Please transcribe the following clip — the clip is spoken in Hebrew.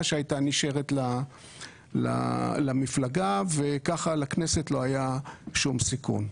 שהייתה נשארת למפלגה וכך לכנסת לא היה שום סיכון.